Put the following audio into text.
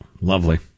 Lovely